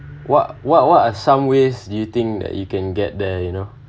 what what what are some ways do you think that you can get there you know